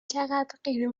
چقدرغیر